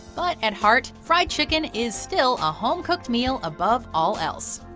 but at heart, fried chicken is still a home-cooked meal above all else,